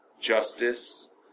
justice